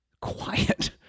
quiet